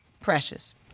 Precious